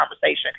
conversation